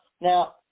now